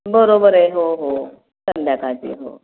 बरोबर आहे हो हो संध्याकाळचे हो